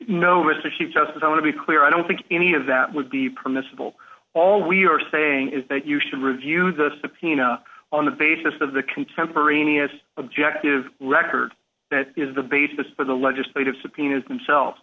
no mr chief justice i want to be clear i don't think any of that would be permissible all we are saying is that you should review the subpoena on the basis of the contemporaneous objective record that is the basis for the legislative subpoenas themselves